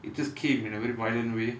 it just came in a very violent way